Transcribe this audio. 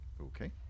Okay